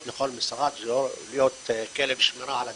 לכל משרד להיות כלב שמירה על הדיגיטציה,